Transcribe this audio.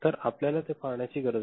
तर आपल्याला ते पाहण्याची गरज आहे